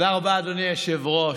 תודה רבה, אדוני היושב-ראש.